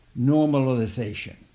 normalization